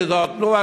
את אזור "תנובה",